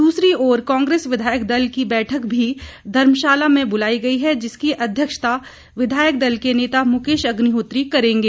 दूसरी ओर कांग्रेस विधायक दल की बैठक भी धर्मशाला में बुलाई गई है जिसकी अध्यक्षता विधायक दल के नेता मुकेश अग्निहोत्री करेंगे